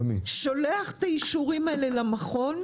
שולח את האישורים האלה למכון.